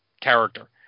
character